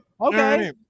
Okay